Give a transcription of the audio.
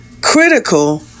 critical